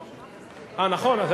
לא יכול, אה, נכון.